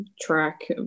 track